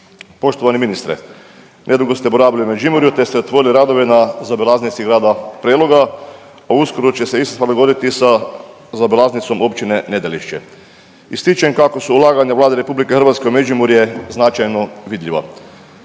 Poštovani ministre, nedugo ste boravili u Međimurju te ste otvorili radove na zaobilaznici grada Preloga, a uskoro će se ista stvar dogoditi i sa zaobilaznicom općine Nedelišće. Ističem kako su ulaganja Vlade RH u Međimurje značajno vidljiva.